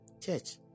Church